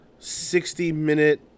60-minute